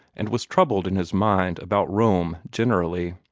and was troubled in his mind about rome generally.